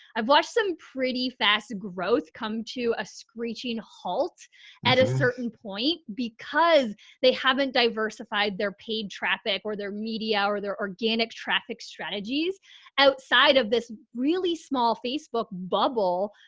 i've watched some pretty fast growth come to a screeching halt at a certain point because they haven't diversified their paid traffic or their media or their organic traffic strategies outside of this really small facebook bubble.